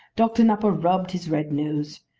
doctor nupper rubbed his red nose.